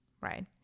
right